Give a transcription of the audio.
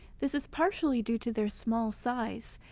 this is partially due to their small size,